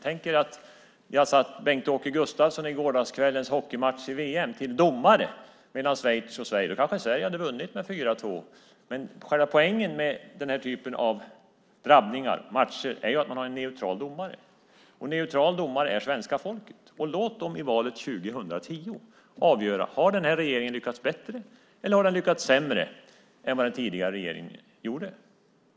Tänk er om vi hade satt Bengt-Åke Gustafsson i gårdagskvällens hockeymatch i VM till domare mellan Schweiz och Sverige! Då kanske Sverige hade vunnit med 4-2, men själva poängen med den här typen av drabbningar och matcher är ju att man har en neutral domare. Och neutral domare i den här frågan är svenska folket. Låt dem i valet 2010 avgöra: Har den här regeringen lyckats bättre eller har den lyckats sämre än vad den förra regeringen gjorde?